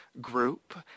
group